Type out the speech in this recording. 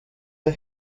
der